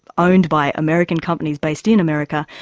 owned by american companies based in america,